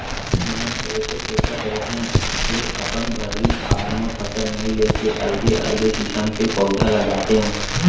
मैंहर एसो सोंचत रहें के अपन भर्री खार म फसल नइ लेके अलगे अलगे किसम के पउधा लगातेंव